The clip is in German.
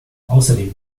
außerdem